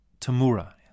Tamura